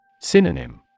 Synonym